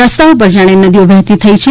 રસ્તાઓ પણ જાણે નદીઓ વહેતી થઈ છે